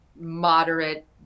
moderate